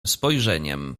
spojrzeniem